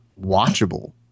watchable